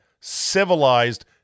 civilized